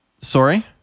Sorry